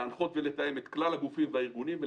להנחות ולתאם את כלל הגופים והארגונים,